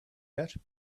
yet